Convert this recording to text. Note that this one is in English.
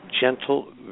gentle